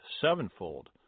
sevenfold